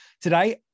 today